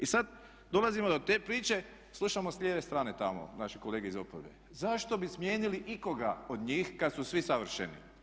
I sad dolazimo do te priče, slušamo s lijeve strane tamo vaše kolege iz oporbe zašto bi smijenili ikoga od njih kad su svi savršeni.